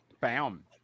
Bam